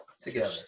Together